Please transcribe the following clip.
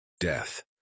Death